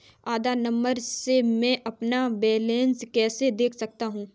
आधार number से मैं अपना बैलेंस कैसे देख सकता हूँ?